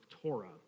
Torah